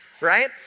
right